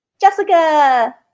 Jessica